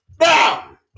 Now